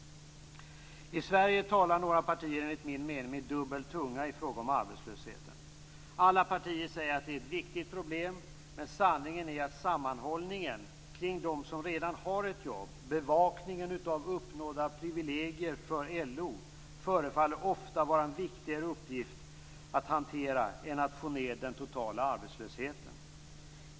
I Sverige talar några partier enligt min mening med dubbel tunga i fråga om arbetslösheten. Alla partier säger att det är ett viktigt problem. Men sanningen är att sammanhållningen kring dem som redan har ett jobb och bevakningen av uppnådda privilegier för LO ofta förefaller vara en viktigare uppgift än att få ned den totala arbetslösheten.